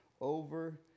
over